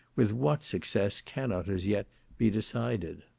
with what success cannot as yet be decided.